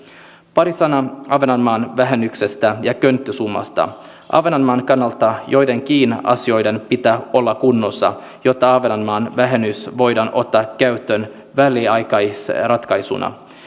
pari sanaa ahvenanmaan vähennyksestä ja könttäsummasta ahvenanmaan kannalta joidenkin asioiden pitää olla kunnossa jotta ahvenanmaan vähennys voidaan ottaa käyttöön väliaikaisratkaisuna